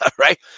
right